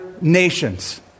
nations